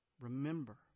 remember